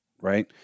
right